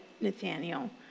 Nathaniel